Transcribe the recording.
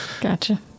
Gotcha